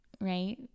right